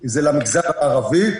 זה למגזר הערבי.